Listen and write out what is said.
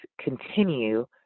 continue